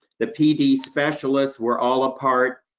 the pd specialists, were all a part,